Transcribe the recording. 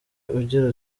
ugira